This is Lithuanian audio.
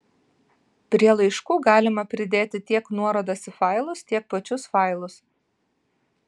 prie laiškų galima pridėti tiek nuorodas į failus tiek pačius failus